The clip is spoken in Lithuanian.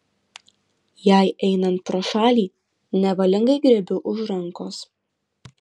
jai einant pro šalį nevalingai griebiu už rankos